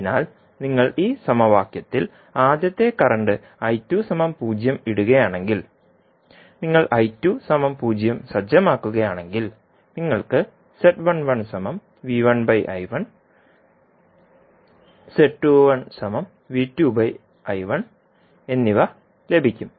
അതിനാൽ നിങ്ങൾ ഈ സമവാക്യത്തിൽ ആദ്യത്തെ കറൻറ് 0 ഇടുകയാണെങ്കിൽ നിങ്ങൾ 0 സജ്ജമാക്കുകയാണെങ്കിൽ നിങ്ങൾക്ക് എന്നിവ ലഭിക്കും